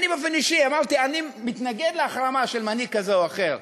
אני באופן אישי אמרתי: אני מתנגד להחרמה של מנהיג כזה או אחר.